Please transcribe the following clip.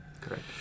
Correct